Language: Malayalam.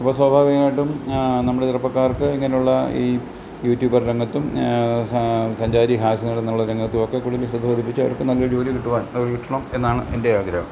അപ്പോൾ സ്വാഭാവികമായിട്ടും നമ്മുടെ ചെറുപ്പക്കാർക്ക് ഇങ്ങനെയുള്ള ഈ യൂട്യൂബർ രംഗത്തും സഞ്ചാരി ഹാസ്യനടനെന്നുള്ള രംഗത്തുമൊക്കെ കൂടുതൽ ശ്രദ്ധ കൊടുപ്പിച്ച് അവർക്ക് നല്ലൊരു ജോലി കിട്ടുവാൻ ജോലി കിട്ടണം എന്നാണ് എൻ്റെ ആഗ്രഹം